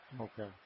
Okay